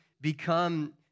become